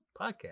podcast